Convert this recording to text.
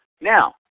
Now